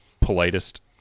politest